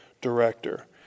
director